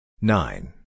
Nine